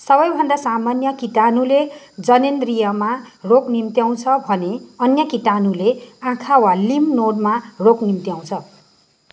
सबैभन्दा सामान्य कीटाणुले जननेन्द्रियमा रोग निम्त्याउछ भने अन्य कीटाणुले आँखा वा लिम्फ नोडमा रोग निम्त्याउँछ